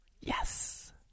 Yes